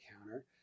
counter